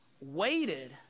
waited